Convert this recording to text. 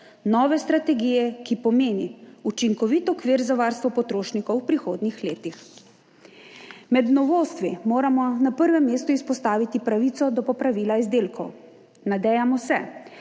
nove strategije, ki pomeni učinkovit okvir za varstvo potrošnikov v prihodnjih letih. Med novostmi moramo na prvem mestu izpostaviti pravico do popravila izdelkov. Nadejamo se,